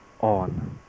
on